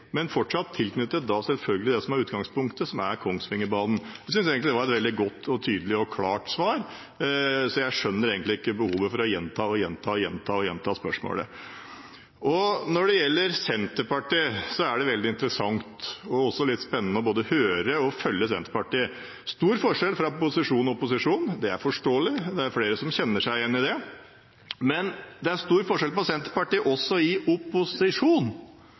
men da selvfølgelig fortsatt tilknyttet det som er utgangspunktet, som er Kongsvingerbanen. Jeg synes egentlig det var et veldig godt og tydelig og klart svar, så jeg skjønner ikke behovet for å gjenta og gjenta spørsmålet. Når det gjelder Senterpartiet: Det er veldig interessant og også litt spennende både å høre og følge med på Senterpartiet. Det er stor forskjell fra posisjon til opposisjon, og det er forståelig, det er flere som kjenner seg igjen i det, men det er også stor forskjell innad i Senterpartiet i opposisjon.